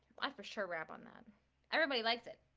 i for sure grab on that everybody likes it